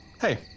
Hey